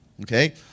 Okay